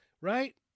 right